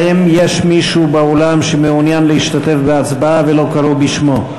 האם יש מישהו באולם שמעוניין להשתתף בהצבעה ולא קראו בשמו?